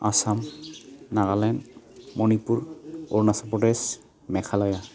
Assam Nagaland Manipur Arunachal Pradesh Meghalaya